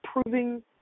proving